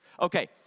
Okay